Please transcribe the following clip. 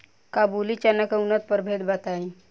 काबुली चना के उन्नत प्रभेद बताई?